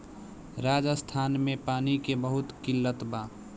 राजस्थान में पानी के बहुत किल्लत बा